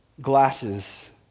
glasses